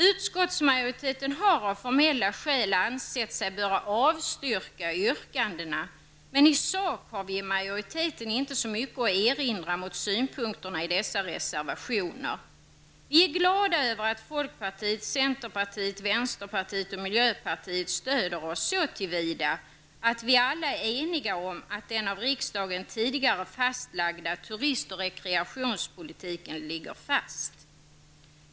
Utskottsmajoriteten har av formella skäl ansett sig böra avstyrka yrkandena, men i sak har vi i majoriteten inte så mycket att erinra mot synpunkterna i dessa reservationer. Vi är glada över att folkpartiet, centerpartiet, vänsterpartiet och miljöpartiet stöder oss så till vida att vi alla är eniga om att den av riksdagen tidigare fastlagda turist och rekreationspolitiken ligger fast.